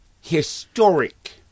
historic